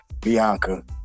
Bianca